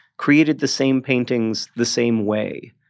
created the same paintings the same way,